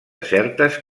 certes